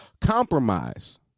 Compromise